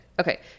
Okay